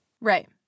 Right